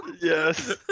Yes